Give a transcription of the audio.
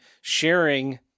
sharing